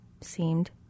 seemed